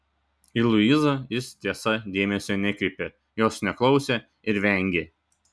į luizą jis tiesa dėmesio nekreipė jos neklausė ir vengė